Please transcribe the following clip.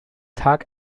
tag